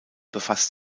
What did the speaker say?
befasst